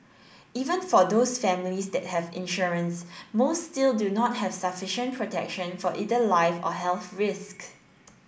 even for those families that have insurance most still do not have sufficient protection for either life or health risks